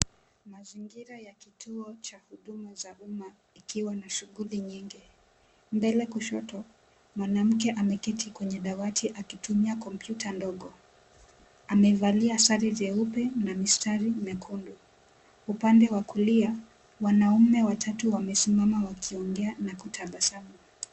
Mazingira ya kituo cha huduma za umma kikiwa na shughuli nyingi. Mbele kushoto mwanamke ameketi kwenye dawati akitumia kompyuta ndogo. Amevalia sare jeupe na mistari mekundu. Upande wa kulia, wanaume watatu wamesimama wakiongea na kutabasamu.